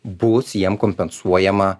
bus jiem kompensuojama